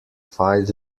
fight